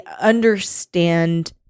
understand